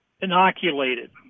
inoculated